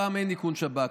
פעם אין איכון שב"כ,